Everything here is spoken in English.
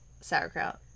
sauerkraut